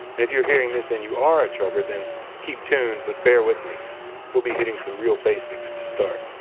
and if you're hearing this and you are a trucker, then keep tuned, but bear with me we'll be hitting some real basics to start.